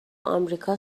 آمریکا